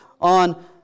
on